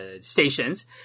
stations